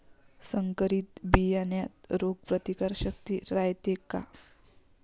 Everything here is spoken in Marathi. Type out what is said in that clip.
संकरित बियान्यात रोग प्रतिकारशक्ती रायते का?